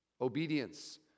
Obedience